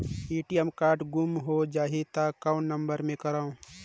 ATM card गुम जाही त कौन नम्बर मे करव?